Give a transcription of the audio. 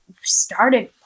started